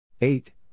Eight